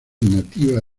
nativa